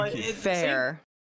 fair